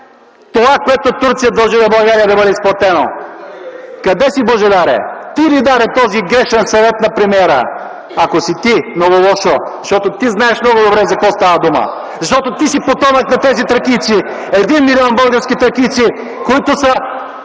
това, което Турция дължи на България да бъде изплатено. Къде си, Божидаре? Ти ли даде този грешен съвет на премиера? Ако си ти, много лошо, защото ти знаеш много добре за какво става дума. Защото ти си потомък на тези тракийци – един милион български тракийци, които са